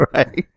Right